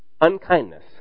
Unkindness